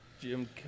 Jim